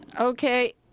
Okay